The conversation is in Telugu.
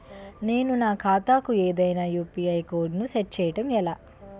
నేను నా ఖాతా కు ఏదైనా యు.పి.ఐ కోడ్ ను సెట్ చేయడం ఎలా?